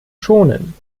schonen